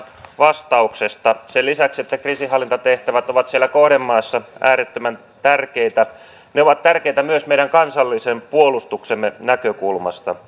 vastauksesta sen lisäksi että kriisinhallintatehtävät ovat siellä kohdemaassa äärettömän tärkeitä ne ovat tärkeitä myös meidän kansallisen puolustuksemme näkökulmasta